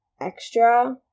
extra